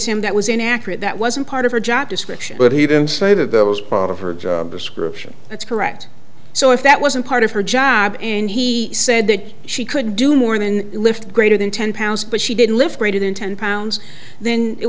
him that was inaccurate that wasn't part of her job description but he didn't say that that was part of her job description that's correct so if that wasn't part of her job and he said that she could do more than lift greater than ten pounds but she didn't lift greater than ten pounds then it